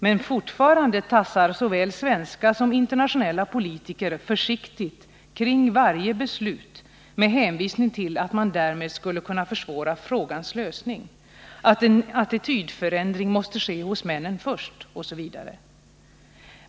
Men fortfarande tassar såväl svenska som internationella politiker kring varje beslut med hänvisning till att man därmed skulle kunna försvåra frågans lösning, att en attitydförändring måste ske hos männen först osv.